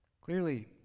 Clearly